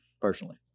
personally